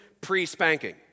pre-spanking